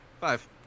Five